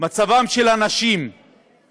הוא מצבן של הנשים הדרוזיות